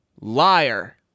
Liar